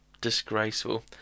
Disgraceful